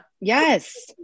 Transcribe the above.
yes